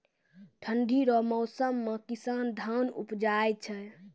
ठंढी रो मौसम मे किसान धान उपजाय छै